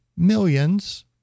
millions